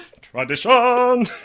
Tradition